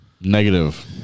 Negative